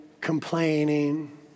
Complaining